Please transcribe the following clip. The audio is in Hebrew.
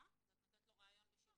--- אז את נותנת לו רעיון בשידור,